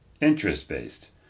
interest-based